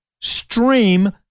stream